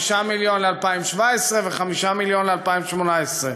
5 מיליון ל-2017 ו-5 מיליון ל-2018.